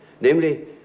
Namely